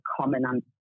common